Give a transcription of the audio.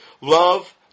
Love